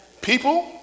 People